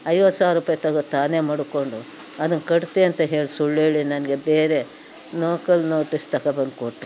ಐವತ್ತು ಸಾವ್ರ ರೂಪಾಯಿ ತಗೊಂಡು ತಾನೇ ಮಡ್ಕೊಂಡು ಅದನ್ನು ಕಟ್ತೆ ಅಂತ ಹೇಳಿ ಸುಳ್ಳೇಳಿ ನನಗೆ ಬೇರೆ ಲೋಕಲ್ ನೋಟಿಸ್ ತಗೊಂಡ್ಬಂದು ಕೊಟ್ಟರು